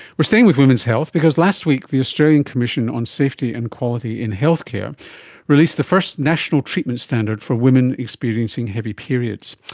are staying with women's health because last week the australian commission on safety and quality in healthcare released the first national treatment standard for women experiencing heavy periods.